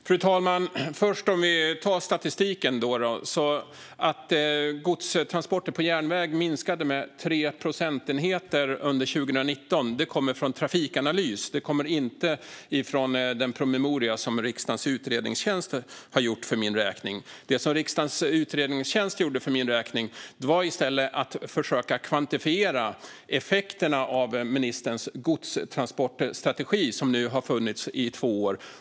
Fru talman! Låt oss först ta det här med statistiken. Uppgiften om att godstransporter på järnväg minskade med 3 procentenheter under 2019 kommer från Trafikanalys, inte från den promemoria som riksdagens utredningstjänst har gjort för min räkning. Vad riksdagens utredningstjänst däremot gjorde för min räkning var ett försök att kvantifiera effekterna av ministerns godstransportstrategi, som nu har funnits i två år.